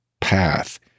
path